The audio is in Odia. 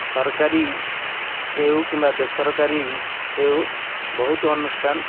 ସରକାରୀ ହେଉ କିମ୍ବା ବେସରକାରୀ ହେଉ ବହୁତ ଅନୁଷ୍ଠାନ